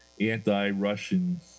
anti-russian